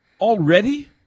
Already